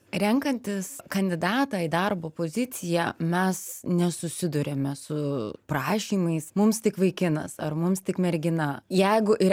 renkantis kandidatą į darbo poziciją mes nesusiduriame su prašymais mums tik vaikinas ar mums tik mergina jeigu ir